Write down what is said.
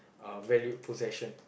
uh valued possession